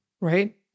Right